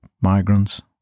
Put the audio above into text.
migrants